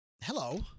Hello